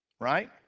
right